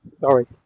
Sorry